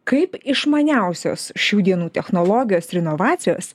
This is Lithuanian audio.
kaip išmaniausios šių dienų technologijos ir inovacijos